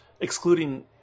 excluding